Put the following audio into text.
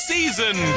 Season